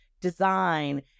design